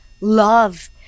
love